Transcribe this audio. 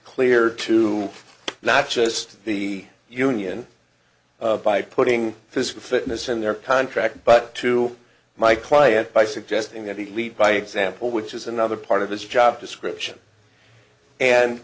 clear to not just the union by putting physical fitness in their contract but to my client by suggesting that he lead by example which is another part of his job description and